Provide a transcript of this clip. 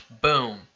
boom